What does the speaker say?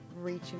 reaching